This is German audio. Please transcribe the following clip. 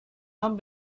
haben